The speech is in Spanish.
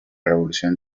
revolución